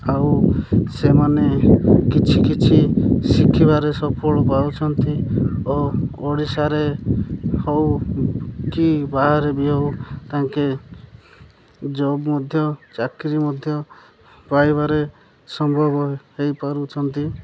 ଆଉ ସେମାନେ କିଛି କିଛି ଶିଖିବାରେ ସଫଳ ପାଉଛନ୍ତି ଓ ଓଡ଼ିଶାରେ ହେଉ କି ବାହାରେ ବି ହେଉ ତାଙ୍କେ ଜବ୍ ମଧ୍ୟ ଚାକିରି ମଧ୍ୟ ପାଇବାରେ ସମ୍ଭବ ହୋଇପାରୁଛନ୍ତି